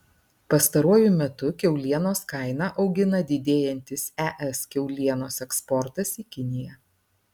pastaruoju metu kiaulienos kainą augina didėjantis es kiaulienos eksportas į kiniją